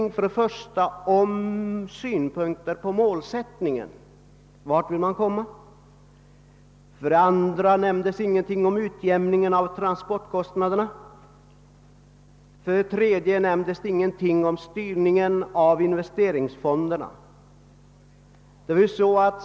Det nämndes däri sålunda ingenting om målsättningen, vart man vill komma, ingenting om utjämning av transportkostnaderna och ingenting om styrningen av investeringsfonderna.